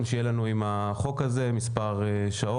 שיהיה לנו בקשר לחוק הזה - מספר שעות,